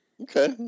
Okay